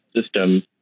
system